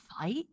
fight